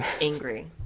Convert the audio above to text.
angry